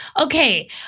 Okay